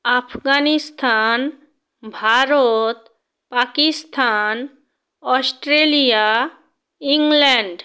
Afghanistan Bharat Pakistan Australia England